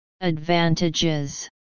Advantages